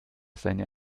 seine